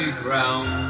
ground